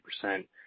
percent